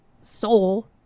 soul